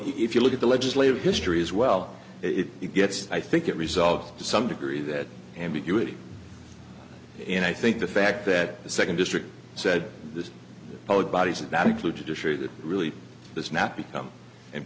if you look at the legislative history as well it gets i think it resolved to some degree that ambiguity and i think the fact that the second district said this code bodies and that included issue that really does not become and